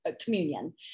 communion